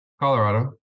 Colorado